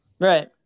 Right